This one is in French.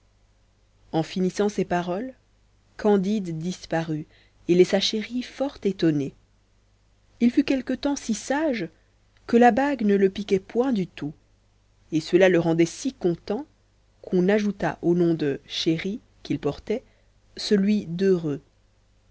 en finissant ces paroles candide disparut et laissa chéri fort étonné il fut quelque temps si sage que la bague ne le piquait point du tout et cela le rendait si content qu'on ajouta au nom de chéri qu'il portait celui d'heureux